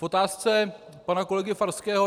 K otázce pana kolegy Farského.